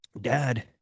Dad